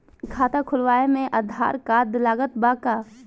खाता खुलावे म आधार कार्ड लागत बा का?